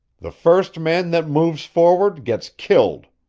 the first man that moves forward gets killed!